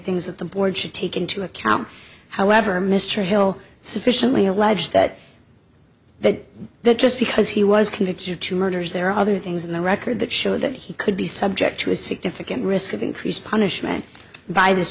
things that the board should take into account however mr hill sufficiently alleged that that that just because he was convicted of two murders there are other things in the record that show that he could be subject to a significant risk of increased punishment by this